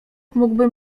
mógłbym